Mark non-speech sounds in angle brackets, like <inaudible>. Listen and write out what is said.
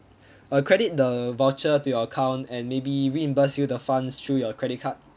<breath> uh credit the voucher to your account and maybe reimburse you the funds through your credit card